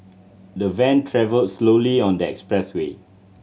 the van travelled slowly on the expressway